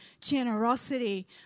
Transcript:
generosity